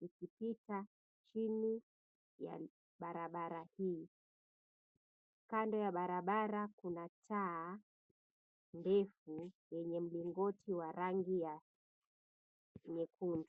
ipita chini ya barabara hii. Kando ya barabara kuna taa ndefu yenye mlingoti wa rangi ya nyekundu.